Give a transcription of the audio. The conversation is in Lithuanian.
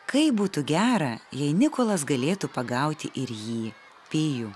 kaip būtų gera jei nikolas galėtų pagauti ir jį pijų